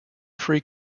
free